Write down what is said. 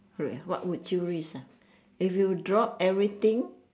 wait what would you risk ah if you drop everything